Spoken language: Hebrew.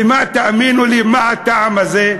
ומה, תאמינו לי, מה הטעם הזה?